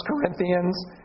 Corinthians